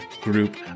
group